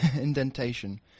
indentation